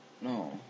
No